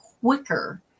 quicker